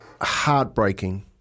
Heartbreaking